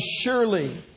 surely